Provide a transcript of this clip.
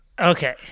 Okay